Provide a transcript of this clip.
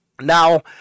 Now